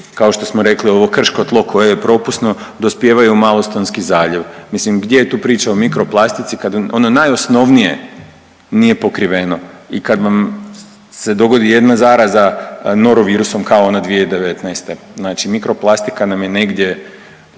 kao što smo rekli, ovo krško tlo koje je propusno, dospijevaju u Malostonski zaljev. Mislim, gdje je tu priča o mikroplastici kad ono najosnovnije nije pokriveno i kad vam se dogodi jedna zaraza norovirusom kao ono 2019., znači mikroplastika nam je negdje